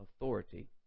authority